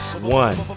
One